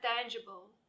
tangible